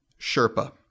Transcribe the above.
Sherpa